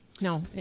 No